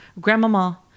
Grandmama